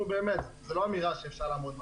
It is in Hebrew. נו, באמת, זו לא אמירה שאפשר לעמוד מאחוריה.